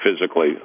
physically